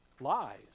Lies